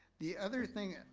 the other thing